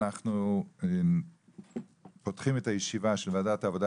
אנחנו פותחים את הישיבה של ועדת העבודה